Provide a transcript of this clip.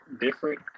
different